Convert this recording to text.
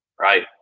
right